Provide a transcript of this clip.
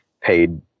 paid